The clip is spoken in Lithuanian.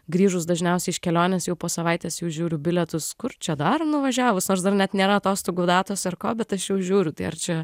grįžus dažniausiai iš kelionės jau po savaitės jau žiūriu bilietus kur čia dar nuvažiavus nors dar net nėra atostogų datos ar ko bet aš jau žiūriu tai ar čia